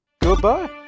Goodbye